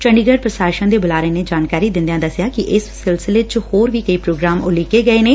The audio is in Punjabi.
ਚੰਡੀਗੜੁ ਪ੍ਰਸ਼ਾਸਨ ਦੇ ਬੁਲਾਰੇ ਨੇ ਜਾਣਕਾਰੀ ਦਿੰਦਿਆਂ ਦਸਿਆ ਕਿ ਇਸ ਸਿਲਲਿਸੇ ਚ ਹੋਰ ਵੀ ਕਈ ਪ੍ਰੋਗਰਾਮ ਊਲੀਕੇ ਗਏ ਨੇ